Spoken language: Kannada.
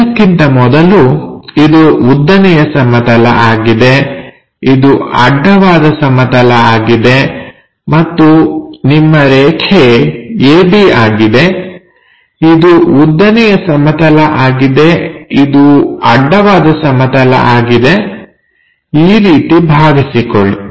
ಎಲ್ಲಕ್ಕಿಂತ ಮೊದಲು ಇದು ಉದ್ದನೆಯ ಸಮತಲ ಆಗಿದೆ ಇದು ಅಡ್ಡವಾದ ಸಮತಲ ಆಗಿದೆ ಮತ್ತು ನಿಮ್ಮ ರೇಖೆ AB ಆಗಿದೆ ಇದು ಉದ್ದನೆಯ ಸಮತಲ ಆಗಿದೆ ಇದು ಅಡ್ಡವಾದ ಸಮತಲ ಆಗಿದೆ ಈ ರೀತಿ ಭಾವಿಸಿಕೊಳ್ಳಿ